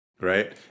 right